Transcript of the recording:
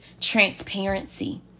transparency